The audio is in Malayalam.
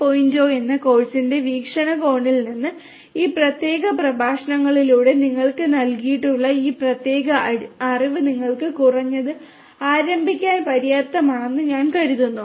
0 എന്ന കോഴ്സിന്റെ വീക്ഷണകോണിൽ നിന്ന് ഈ പ്രത്യേക പ്രഭാഷണത്തിലൂടെ നിങ്ങൾക്ക് നൽകിയിട്ടുള്ള ഈ പ്രത്യേക അറിവ് നിങ്ങൾക്ക് കുറഞ്ഞത് ആരംഭിക്കാൻ പര്യാപ്തമാണെന്ന് ഞാൻ കരുതുന്നു